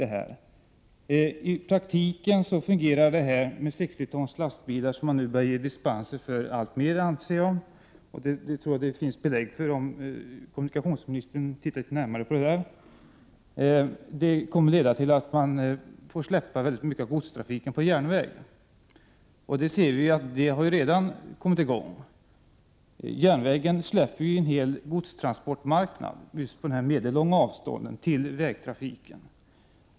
I praktiken kommer den enligt min mening ökade dispensgivningen för 60 tons lastbilar — jag tror att kommunikationsministern skall kunna konstatera att det finns belägg för en sådan ökning, om han tittar litet närmare på detta — att leda till att järnvägen får släppa ifrån sig mycket av godstrafiken. Det har redan börjat ske. Järnvägen släpper en hel godstransportmarknad på de medellånga avstånden till vägtrafiken.